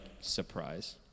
surprise